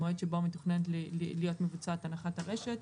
המועד שבו מתוכננת להיות מבוצעת הנחת הרשת,